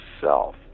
self